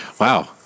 wow